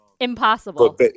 Impossible